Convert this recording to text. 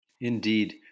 Indeed